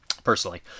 Personally